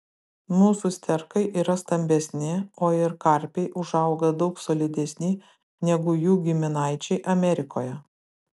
mūsų sterkai yra stambesni o ir karpiai užauga daug solidesni negu jų giminaičiai amerikoje